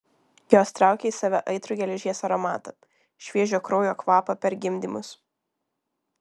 jos traukė į save aitrų geležies aromatą šviežio kraujo kvapą per gimdymus